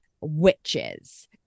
witches